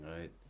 right